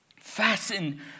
Fasten